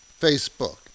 Facebook